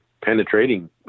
penetrating